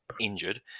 injured